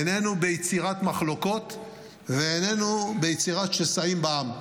איננו ביצירת מחלוקות ואיננו ביצירת שסעים בעם.